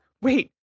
Wait